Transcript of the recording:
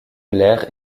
l’air